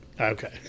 Okay